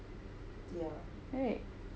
right